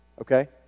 Okay